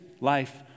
life